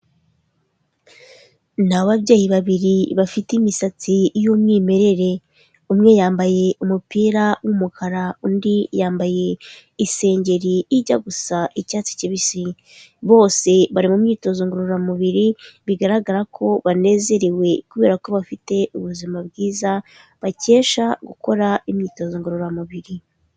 Ni ababyeyi babiri bafite imisatsi y'umwimerere, umwe yambaye umupira w'umukara undi yambaye isengeri ijya gusa icyatsi kibisi, bose bari mu myitozo ngororamubiri, bigaragara ko banezerewe kubera ko bafite ubuzima bwiza bakesha gukora imyitozo ngororamubiri.